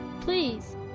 Please